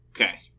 Okay